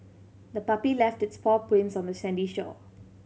the puppy left its paw prints on the sandy shore